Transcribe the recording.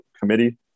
committee